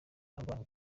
arwanya